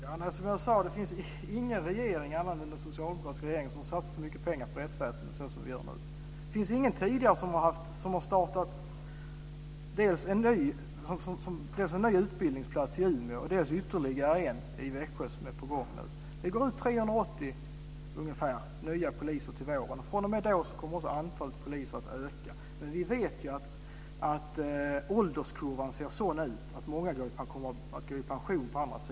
Herr talman! Som jag sade finns det ingen annan regering som har satsat så mycket pengar på rättsväsendet som den socialdemokratiska regeringen nu gör. Det finns ingen tidigare regering som har startat dels en ny utbildning i Umeå, dels ytterligare en i Växjö som nu är på gång. Det går ut ungefär 380 nya poliser till våren. Då kommer också antalet poliser att öka. Vi vet att ålderskurvan ser sådan ut att många kommer att gå i pension.